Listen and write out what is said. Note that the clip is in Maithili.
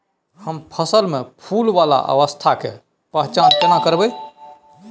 हम फसल में फुल वाला अवस्था के पहचान केना करबै?